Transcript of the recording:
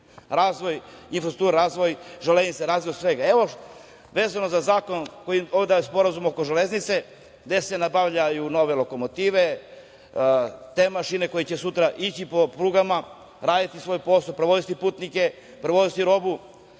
Razvoj infrastrukture, razvoj železnice, razvoj svega. Vezano za Sporazum oko železnice, gde se nabavljaju nove lokomotive, mašine koje će sutra ići po prugama, raditi svoj posao, prevoziti putnike, prevoziti robu.